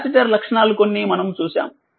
capacitor లక్షణాలు కొన్ని మనము చూసాము